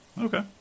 Okay